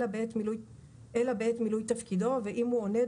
אלא בעת מילוי תפקידו ואם הוא עונד